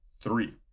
Three